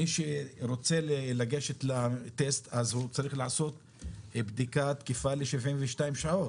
מי שרוצה לגשת לטסט אז הוא צריך לעשות בדיקה תקפה ל-72 שעת